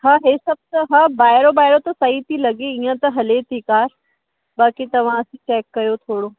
हा इहे सभु त हा ॿाहिरो ॿाहिरो त सही थी लॻे हीअं त हले थी कार बाक़ी तव्हां चैक कयो थोरो